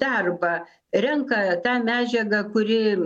darbą renka tą medžiagą kuri